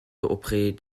auprès